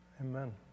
Amen